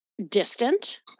distant